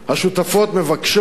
השותפות מבקשות,